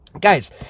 Guys